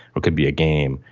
or it could be a game,